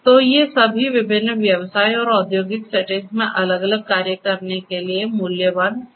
तो ये सभी विभिन्न व्यवसाय और औद्योगिक सेटिंग्स में अलग अलग कार्य करने के लिए मूल्यवान हैं